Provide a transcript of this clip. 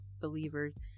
believers